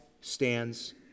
stands